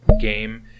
game